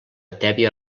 tèbia